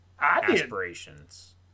aspirations